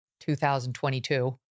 2022